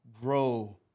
grow